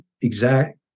exact